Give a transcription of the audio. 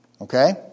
Okay